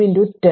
അതു 0